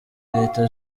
leta